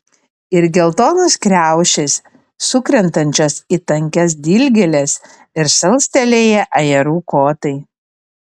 ir geltonos kriaušės sukrentančios į tankias dilgėles ir salstelėję ajerų kotai